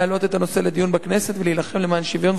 להעלות את הנושא לדיון בכנסת ולהילחם למען שוויון